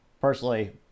personally